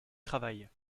travail